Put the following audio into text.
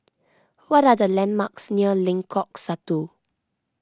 what are the landmarks near Lengkong Satu